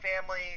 family